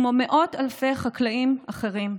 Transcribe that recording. כמו מאות אלפי חקלאים אחרים,